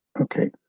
Okay